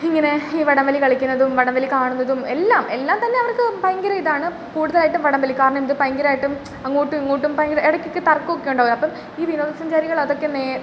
ഇങ്ങനെ ഈ വടം വലി കളിക്കുന്നതും വടം വലി കാണുന്നതും എല്ലാം എല്ലാം തന്നെ അവർക്ക് ഭയങ്കര ഇതാണ് കൂടുതലായിട്ട് വടം വലി കാരണം ഇത് ഭയങ്കരായിട്ടും അങ്ങോട്ടും ഇങ്ങോട്ടും ഭയങ്കര ഇടക്ക് ഒക്കെ തർക്കോക്കെ ഉണ്ടാവൂലോ അപ്പോൾ ഈ വിനോദസഞ്ചാരികൾ അതൊക്കെ നെ